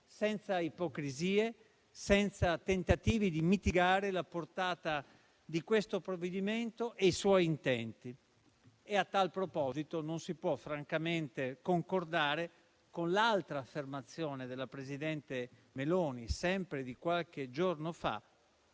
senza ipocrisie, senza tentativi di mitigare la portata di questo provvedimento e i suoi intenti. A tal proposito non si può francamente concordare con l'altra affermazione della presidente Meloni, sempre di qualche giorno fa,